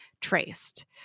traced